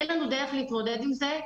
אין לנו דרך להתמודד עם זה,